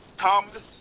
Thomas